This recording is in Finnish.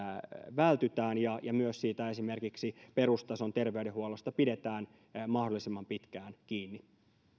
vältytään ja ja myös esimerkiksi perustason terveydenhuollosta pidetään mahdollisimman pitkään kiinni